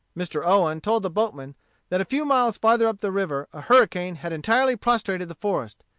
mr. owen told the boatmen that a few miles farther up the river a hurricane had entirely prostrated the forest,